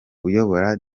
uyobora